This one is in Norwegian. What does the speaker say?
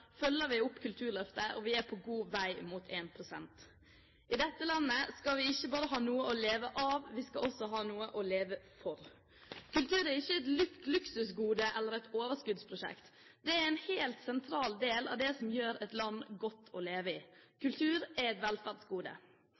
følger vi opp Kulturløftet, og vi er på god vei mot 1 pst. I dette landet skal vi ikke bare ha noe å leve av. Vi skal også ha noe å leve for. Kultur er ikke et luksusgode eller et overskuddsprosjekt. Det er en helt sentral del av det som gjør et land godt å leve i. Kultur er et velferdsgode.